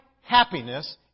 happiness